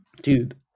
dude